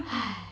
!hais!